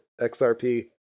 XRP